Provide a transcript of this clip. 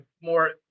more